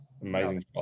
amazing